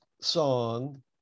song